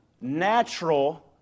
natural